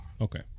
Okay